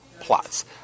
plots